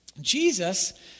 Jesus